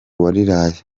uwariraye